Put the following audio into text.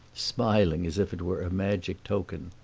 smiling as if it were a magic token.